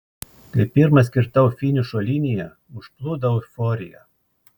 kai pirmas kirtau finišo liniją užplūdo euforija